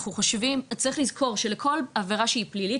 צריך לזכור שלכל עבירה שהיא פלילית,